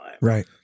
Right